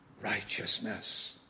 righteousness